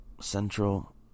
Central